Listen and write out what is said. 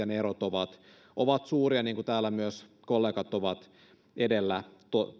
ne erot kuntien osalta ovat suuria niin kuin täällä myös kollegat ovat edellä